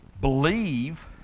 believe